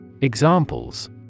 Examples